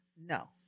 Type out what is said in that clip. No